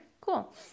Cool